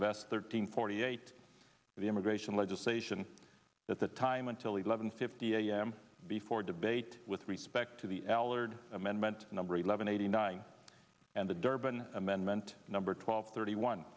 s thirteen forty eight the immigration legislation that the time until eleven fifty a m before debate with respect to the allard amendment number eleven eighty nine and the durban amendment number twelve thirty one